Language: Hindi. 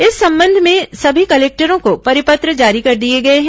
इस संबंध में सभी कलेक्टरों को परिपत्र जारी कर दिया गया है